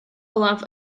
olaf